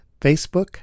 Facebook